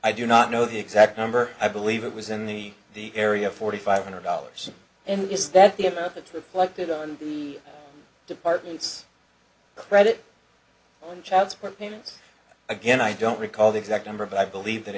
i do not know the exact number i believe it was in the area of forty five hundred dollars and is that the about the elected on the department's credit in child support payments again i don't recall the exact number but i believe that